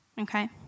okay